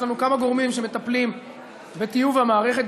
יש לנו כמה גורמים שמטפלים בטיוב המערכת,